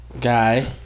guy